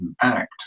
act